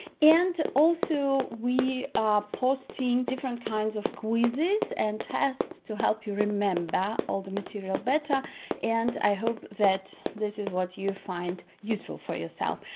and also we are posting different kinds of quizzes and tests to help you remember all the material better and i hope that this is what you find useful for yourself.